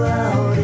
out